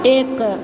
एक